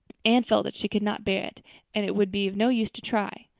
anne felt that she could not bear it and it would be of no use to try.